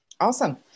Awesome